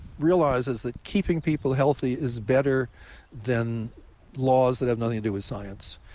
realizes that keeping people healthy is better than laws that have nothing to do with science.